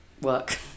work